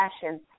fashion